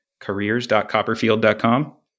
careers.copperfield.com